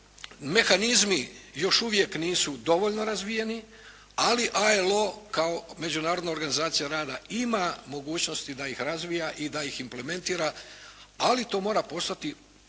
mehanizmi još uvijek nisu dovoljno razvijeni, ali ILO kao Međunarodna organizacija rada ima mogućnosti da ih razvija i da ih implementira, ali to mora postati